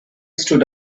stood